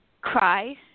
cry